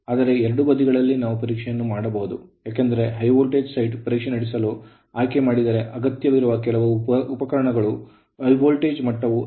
ಆದರೆ ಎರಡೂ ಬದಿಗಳಲ್ಲಿ ನಾವು ಪರೀಕ್ಷೆಯನ್ನು ಮಾಡಬಹುದು ಏಕೆಂದರೆ H V side ಪರೀಕ್ಷೆ ನಡೆಸಲು ಆಯ್ಕೆ ಮಾಡಿದರೆ ಅಗತ್ಯವಿರುವ ಕೆಲವು ಪ್ರಕರಣಗಳಿಗೆ ವೋಲ್ಟೇಜ್ ಮಟ್ಟವು ಲಭ್ಯವಿಲ್ಲದಿರಬಹುದು